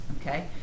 okay